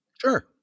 Sure